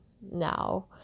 now